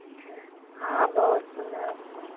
अच्छा हाँ हाँ बहुत सुन्दर बहुत